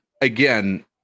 again